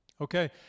Okay